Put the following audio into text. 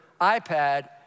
iPad